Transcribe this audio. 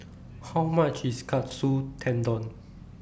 How much IS Katsu Tendon